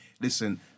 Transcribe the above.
listen